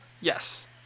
yes